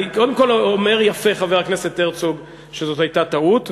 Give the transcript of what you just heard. קודם כול אומר יפה חבר הכנסת הרצוג שזאת הייתה טעות.